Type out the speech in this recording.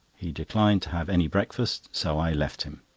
he declined to have any breakfast, so i left him.